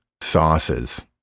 sauces